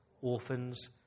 orphans